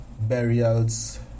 burials